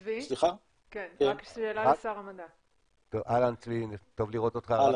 שלום צבי, טוב לראות אותך.